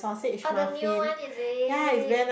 oh the new one is it